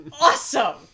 awesome